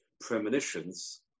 premonitions